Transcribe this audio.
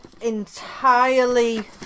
entirely